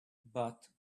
but